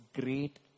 great